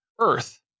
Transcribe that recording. earth